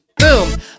Boom